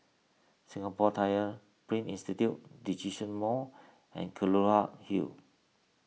Singapore Tyler Print Institute Djitsun Mall and Kelulut Hill